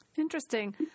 Interesting